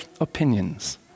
opinions